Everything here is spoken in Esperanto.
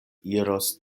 iros